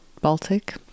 Baltic